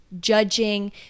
judging